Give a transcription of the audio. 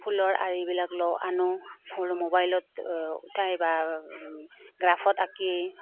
ফুলৰ আৰিবিলাক লওঁ আনো ফুল মোবাইলত উঠাই বা গ্ৰাফত আঁকি